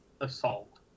assault